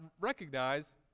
recognize